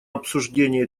обсуждение